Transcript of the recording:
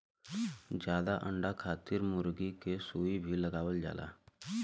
जादा अंडा खातिर मुरगी के सुई भी लगावल जाला